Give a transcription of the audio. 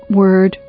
word